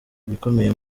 bikomeye